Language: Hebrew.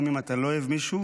גם אם אתה לא אוהב מישהו,